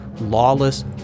lawless